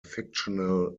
fictional